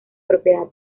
propiedad